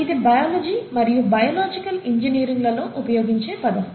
ఇది బయాలజీ మరియు biological engineering లలో ఉపయోగించే పదం